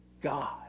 God